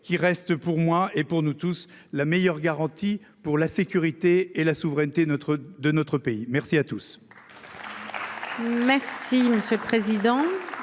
qui reste pour moi et pour nous tous, la meilleure garantie pour la sécurité et la souveraineté de notre de notre pays. Merci à tous.